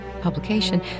publication